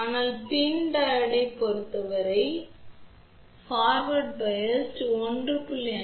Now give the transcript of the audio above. ஆனால் பின் டையோடைப் பொறுத்தவரை முன்னோக்கி மின்னழுத்தம் 1